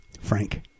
Frank